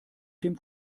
dem